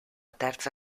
terza